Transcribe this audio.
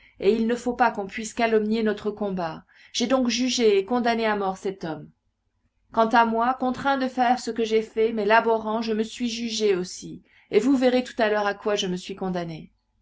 il ne faut pas qu'on puisse calomnier notre combat j'ai donc jugé et condamné à mort cet homme quant à moi contraint de faire ce que j'ai fait mais l'abhorrant je me suis jugé aussi et vous verrez tout à l'heure à quoi je me suis condamné